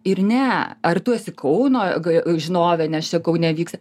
ir ne ar tu esi kauno ga žinovė nes čia kaune vyksta